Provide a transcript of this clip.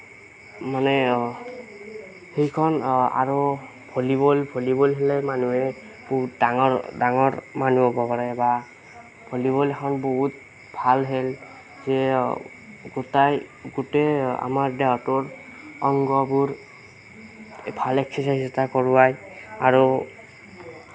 মানে সেইখন আৰু ভলীবল ভলীবল খেলিলে মানুহে বহুত ডাঙৰ ডাঙৰ মানুহ হ'ব পাৰে বা ভলীবল এখন বহুত ভাল খেল সেয়ে গোটাই গোটেই আমাৰ দেহাটোৰ অংগবোৰ ভাল এক্সাৰচাইজ এটা কৰোৱাই আৰু